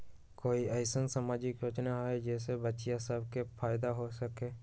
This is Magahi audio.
कोई अईसन सामाजिक योजना हई जे से बच्चियां सब के फायदा हो सके?